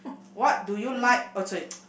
what do you like oh sorry